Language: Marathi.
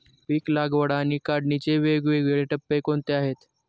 पीक लागवड आणि काढणीचे वेगवेगळे टप्पे कोणते आहेत?